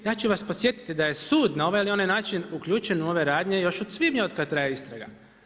Ja ću vas podsjetiti da je sud na ovaj ili onaj način uključen u ove radnje još od svibnja od kad traje istraga.